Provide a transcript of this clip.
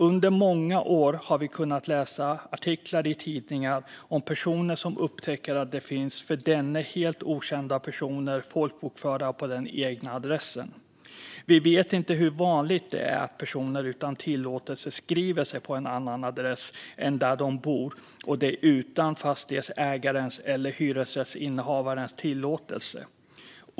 Under många år har vi kunnat läsa artiklar i tidningar om personer som upptäcker att det finns helt okända personer folkbokförda på den egna adressen. Vi vet inte hur vanligt det är att personer utan tillåtelse skriver sig på en annan adress än den där de bor utan fastighetsägarens eller hyresrättsinnehavarens tillåtelse.